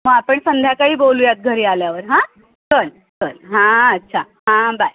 मग आपण संध्याकाळी बोलूयात घरी आल्यावर हां चल चल हां अच्छा हां बाय